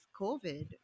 COVID